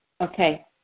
okay